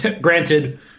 granted